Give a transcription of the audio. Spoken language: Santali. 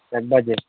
ᱮᱠ ᱵᱟᱡᱮ